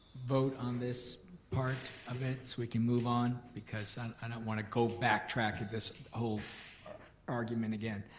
vote on this part of it so we can move on, because and i don't wanna go back track at this whole argument again.